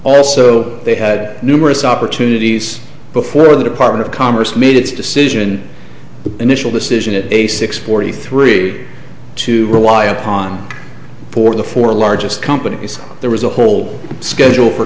also they had numerous opportunities before the department of commerce made its decision the initial decision at a six forty three to rely upon for the four largest companies there was a whole schedule for